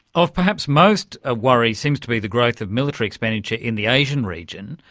of perhaps most ah worry seems to be the growth of military expenditure in the asian region.